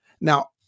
Now